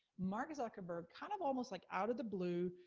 mark zuckerberg kind of almost, like out of the blue,